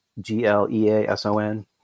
G-L-E-A-S-O-N